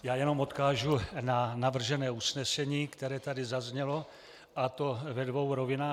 Já jenom odkážu na navržené usnesení, které tady zaznělo, a to ve dvou rovinách.